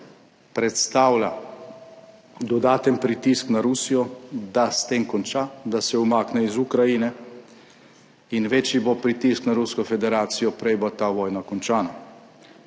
predstavlja dodaten pritisk na Rusijo, da s tem konča, da se umakne iz Ukrajine. In večji bo pritisk na Rusko federacijo prej bo ta vojna končana.